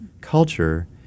culture